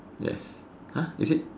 yes !huh! is it